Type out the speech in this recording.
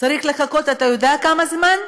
צריך לחכות, אתה יודע כמה זמן?